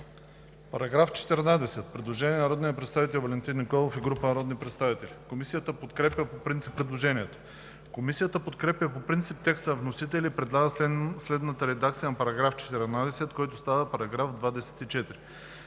По § 17 има предложение от народния представител Валентин Николов и група народни представители. Комисията подкрепя по принцип предложението. Комисията подкрепя по принцип текста на вносителя и предлага следната редакция на § 17, който става § 33: „§ 33.